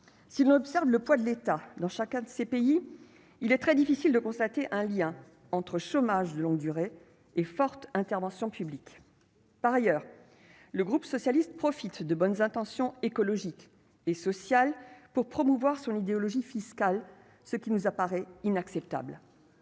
si l'on observe le poids de l'État dans chacun de ces pays, il est très difficile de constater un lien entre chômage de longue durée et forte intervention publique, par ailleurs, le groupe socialiste profite de bonnes intentions écologiques et sociales pour promouvoir son idéologie fiscale, ce qui nous apparaît inacceptable